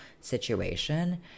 situation